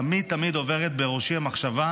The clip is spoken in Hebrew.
תמיד תמיד עוברת בראשי המחשבה: